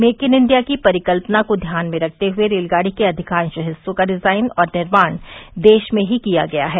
make in India की परिकल्पना को ध्यान में रखते हुये रेलगाड़ी के अधिकांश हिस्सों का डिजाइन और निर्माण देश में ही किया गया है